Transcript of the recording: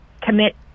commit